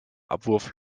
abwurf